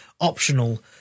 optional